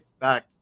back